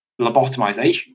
lobotomization